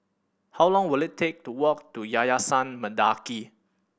how long will it take to walk to Yayasan Mendaki